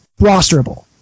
rosterable